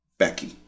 Becky